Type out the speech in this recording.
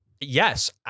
Yes